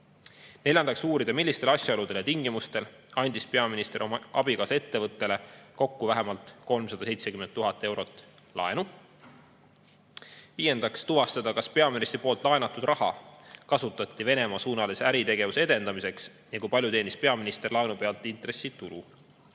Neljandaks uurida, millistel asjaoludel ja tingimustel andis peaminister oma abikaasa ettevõttele kokku vähemalt 370 000 eurot laenu. Viiendaks tuvastada, kas peaministri laenatud raha kasutati Venemaa-suunalise äritegevuse edendamiseks ja kui palju teenis peaminister laenu pealt intressitulu.